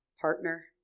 partner